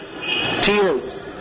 tears